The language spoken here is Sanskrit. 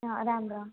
हा राम् राम्